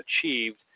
achieved